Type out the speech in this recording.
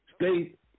State